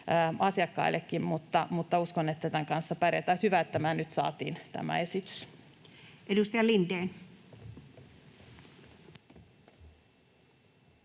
ja muuta, mutta uskon, että tämän kanssa pärjätään. Hyvä, että tämä esitys nyt saatiin. Edustaja Lindén.